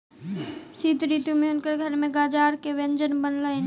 शीत ऋतू में हुनकर घर में गाजर के व्यंजन बनलैन